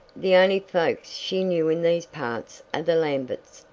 the only folks she knew in these parts are the lamberts,